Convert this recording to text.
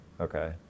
Okay